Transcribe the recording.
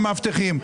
המאבטחים,